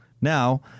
Now